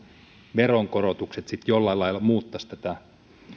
veronkorotukset sitten jollain lailla muuttaisivat tätä